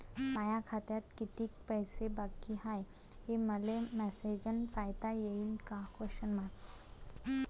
माया खात्यात कितीक पैसे बाकी हाय, हे मले मॅसेजन पायता येईन का?